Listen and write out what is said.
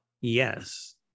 Yes